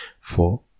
four